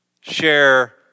share